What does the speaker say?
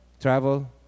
Travel